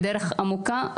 בדרך עמוקה,